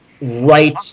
right